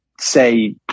say